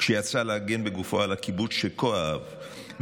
כשיצא להגן בגופו על הקיבוץ שכה אהב,